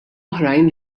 oħrajn